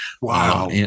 Wow